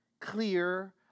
clear